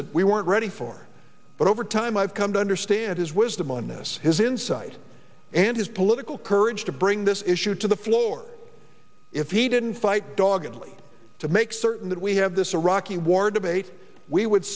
that we weren't ready for but over time i've come to understand his wisdom on this his insight and his political courage to bring this issue to the floor if he didn't fight doggedly to make certain that we have this a rocky war debate we would